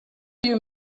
you